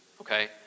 okay